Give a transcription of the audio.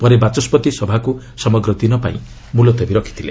ପରେ ବାଚସ୍କତି ସଭାକୁ ସମଗ୍ର ଦିନ ପାଇଁ ମୁଲତବି ରଖିଥିଲେ